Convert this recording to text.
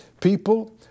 people